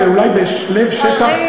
בלב שטח,